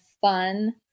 fun